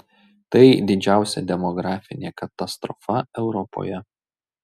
tai didžiausia demografinė katastrofa europoje